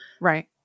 Right